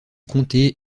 comté